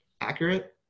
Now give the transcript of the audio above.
accurate